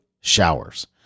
showers